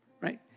Right